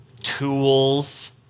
Tools